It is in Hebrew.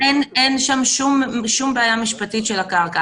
אין שם שום בעיה משפטית של הקרקע.